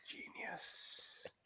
Genius